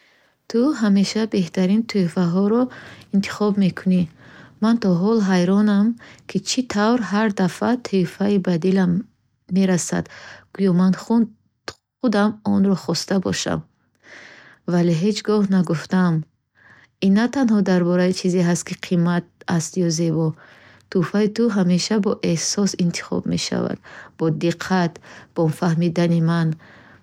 Ту ҳамеша беҳтарин тӯҳфаро интихоб мекунӣ. Ман то ҳол ҳайронам, ки чӣ тавр ҳар дафъа тӯҳфаи ту ба дилам мерасад, гӯё ман худам онро хостабошам, вале ҳеҷ гоҳ нагуфтаам. Ин на танҳо дар бораи чизе ҳаст, ки қиммат аст ё зебо. Тӯҳфаи ту ҳамеша бо эҳсос интихоб мешавад. Бо диққат, бо фаҳмидани ман.